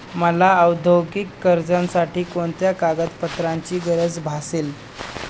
मला औद्योगिक कर्जासाठी कोणत्या कागदपत्रांची गरज भासेल?